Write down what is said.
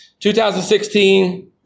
2016